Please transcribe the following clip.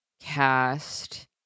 cast